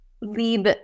leave